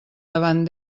davant